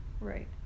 Right